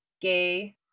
gay